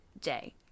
day